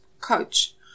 coach